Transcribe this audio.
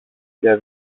και